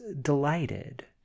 delighted